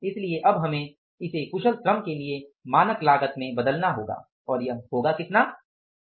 इसलिए अब हमे इसे कुशल श्रम के लिए मानक लागत में बदलना होगा और यह होगा कितना होगा